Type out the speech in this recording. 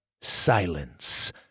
Silence